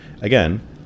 Again